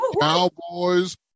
Cowboys